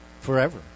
forever